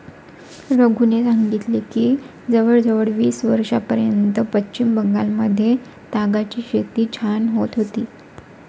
रघूने सांगितले की जवळजवळ वीस वर्षांपूर्वीपर्यंत पश्चिम बंगालमध्ये तागाची शेती छान होत होती